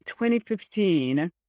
2015